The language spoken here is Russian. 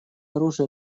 оружие